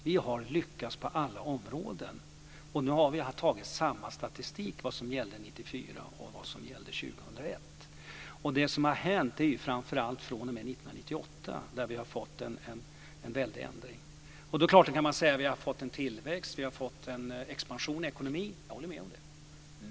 Vi har lyckats på alla områden, och nu har vi tagit samma statistik över vad som gällde 1994 och vad som gällde 2001. Det som har hänt är ju framför allt från 1998, då vi har fått en väldig ändring. Det är klart att man kan säga att vi har fått tillväxt och att vi har fått expansion i ekonomin. Jag håller med om det.